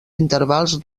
intervals